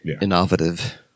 innovative